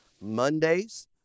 Mondays